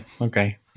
Okay